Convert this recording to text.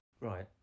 Right